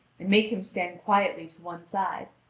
and make him stand quietly to one side,